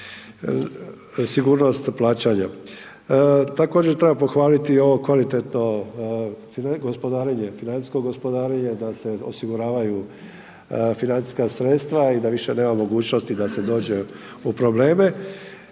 sigurnost plaćanja. Također treba pohvaliti ovo kvalitetno gospodarenje, financijsko gospodarenje, da se osiguravaju financijska sredstva i da više nema mogućnosti da se dođe u probleme,